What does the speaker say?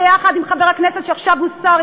ביחד עם חבר הכנסת שעכשיו הוא שר,